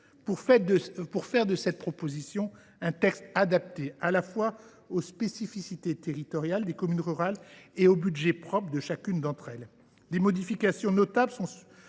pour faire de cette proposition de loi un texte adapté à la fois aux spécificités territoriales des communes rurales et au budget propre de chacune d’entre elles. Les modifications notables sont